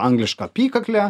angliška apykaklė